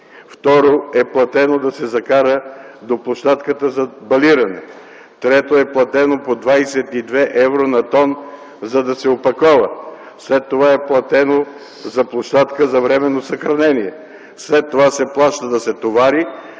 Второ е платено да се закара до площадката за балиране. Трето е платено по 22 евро на тон, за да се опакова. След това е платено за площадка за временно съхранение. След това се плаща да се товари,